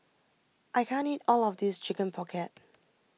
I can't eat all of this Chicken Pocket